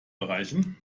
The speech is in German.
erreichen